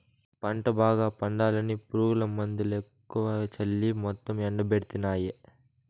పంట బాగా పండాలని పురుగుమందులెక్కువ చల్లి మొత్తం ఎండబెట్టితినాయే